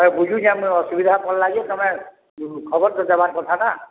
ହଏ ବୁଝୁଛେ ତମର୍ ଅସୁବିଧା ପଡ଼୍ଲା ଯେ ତମେ ଖବର୍ ତ ଦେବାର୍ କଥା ନା